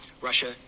Russia